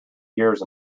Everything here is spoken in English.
years